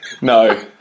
No